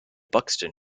buxton